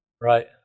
Right